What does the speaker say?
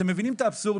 אתם מבינים את האבסורד?